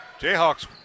Jayhawks